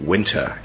Winter